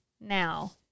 now